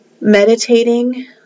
Meditating